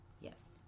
Yes